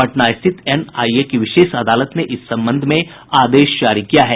पटना स्थित एनआईए की विशेष अदालत ने इस संबंध में आदेश जारी किया है